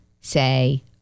say